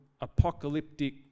apocalyptic